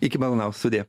iki malonaus sudie